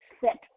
set